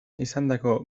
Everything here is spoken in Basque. izandako